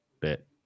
bit